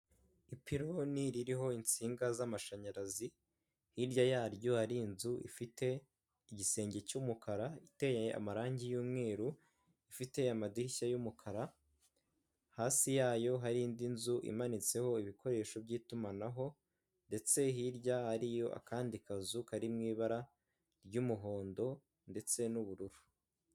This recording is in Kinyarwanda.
Ipiloni ririho insinga z'amashanyarazi hirya yaryo hari inzu ifite igisenge cy'umukara iteye amarangi y'umweru ifite amadirishya y'umukara hasi yayo hari indi nzu imanitseho ibikoresho by'itumanaho ndetse hirya hariyo akandi kazu kari mu ibara ry'umuhondo ndetse n'ubururu.